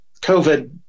COVID